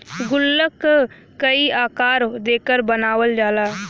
गुल्लक क कई आकार देकर बनावल जाला